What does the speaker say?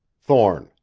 thorne.